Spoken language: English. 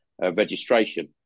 registration